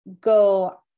go